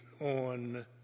on